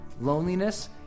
loneliness